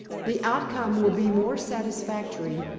the outcome will be more satisfactory,